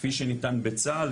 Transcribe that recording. כפי שניתן בצה"ל,